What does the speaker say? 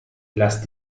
lass